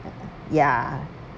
ya